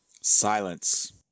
Silence